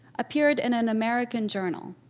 appeared in an american journal,